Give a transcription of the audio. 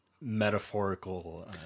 metaphorical